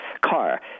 car